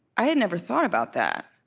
i had never thought about that.